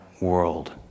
world